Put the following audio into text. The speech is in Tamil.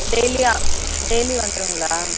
டெய்லியா டெய்லி வந்துருங்களா